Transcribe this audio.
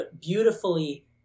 beautifully